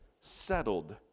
settled